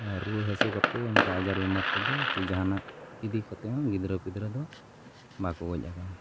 ᱟᱨ ᱨᱩᱣᱟᱹᱼᱦᱟᱹᱥᱩ ᱠᱟᱛᱮᱫ ᱚᱱᱠᱟ ᱟᱡᱟᱨ ᱵᱤᱢᱟᱨ ᱛᱮᱫᱚ ᱪᱮᱫ ᱡᱟᱦᱟᱱᱟᱜ ᱤᱫᱤ ᱠᱟᱛᱮᱫ ᱦᱚᱸ ᱜᱤᱫᱽᱨᱟᱹᱼᱯᱤᱫᱽᱨᱟᱹ ᱫᱚ ᱵᱟᱠᱚ ᱜᱚᱡ ᱟᱠᱟᱱᱟ